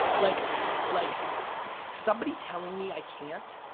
like like somebody telling me i can't